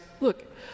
Look